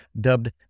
dubbed